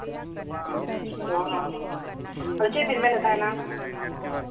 ᱚᱸᱻ ᱦᱚᱸ ᱟᱫᱚ ᱪᱮᱫ ᱵᱤᱱ ᱢᱮᱱᱮᱜ ᱛᱟᱦᱮᱱᱟ